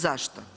Zašto?